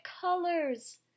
colors